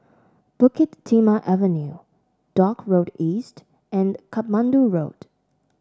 Bukit Timah Avenue Dock Road East and Katmandu Road